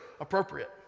appropriate